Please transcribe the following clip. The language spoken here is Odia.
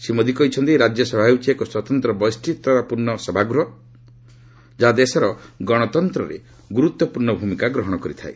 ଶ୍ରୀ ମୋଦି କହିଛନ୍ତି ରାଜ୍ୟସଭା ହେଉଛି ଏକ ସ୍ପତନ୍ତ୍ର ବୈଶିଷ୍ୟତାପୂର୍ଣ୍ଣ ସଭାଗୃହ ଯାହା ଦେଶର ଗଣତନ୍ତ୍ରରେ ଗୁରୁତ୍ୱପୂର୍ଣ୍ଣ ଭୂମିକା ଗ୍ରହଣ କରିଥାଏ